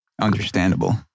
Understandable